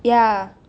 ya